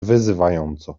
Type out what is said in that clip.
wyzywająco